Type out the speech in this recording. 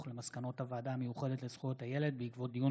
על מסקנות הוועדה המיוחדת לזכויות הילד בעקבות דיון